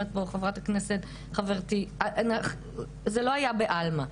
זה לא היה בעלמא.